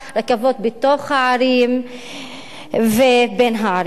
רכבות בתוך הערים ובין הערים.